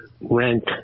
rent